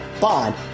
bond